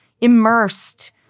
immersed